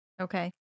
Okay